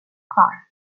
kvar